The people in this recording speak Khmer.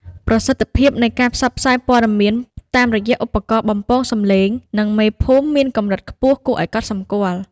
ប្រសិទ្ធភាពនៃការផ្សព្វផ្សាយព័ត៌មានតាមរយៈឧបករណ៍បំពងសំឡេង និងមេភូមិមានកម្រិតខ្ពស់គួរឱ្យកត់សម្គាល់។